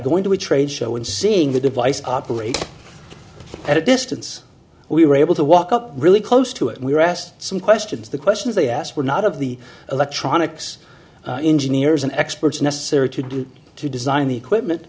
going to a trade show and seeing the device operate at a distance we were able to walk up really close to it and we were asked some questions the questions they asked were not of the electronics engineers and experts necessary to do to design the equipment